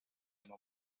muntu